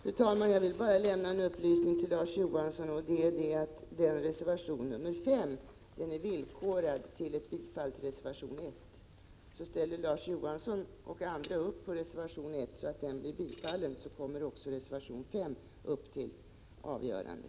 Fru talman! Jag vill bara lämna en upplysning till Larz Johansson. Reservation 5 är villkorad till ett bifall till reservation 1. Om Larz Johansson och andra ansluter sig till reservation 1, så att den blir bifallen, kommer också reservation 5 upp till avgörande.